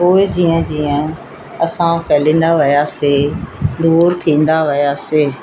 पोइ जीअं जीअं असां फ़ैलींदा वियासीं दूरि थींदा वियासीं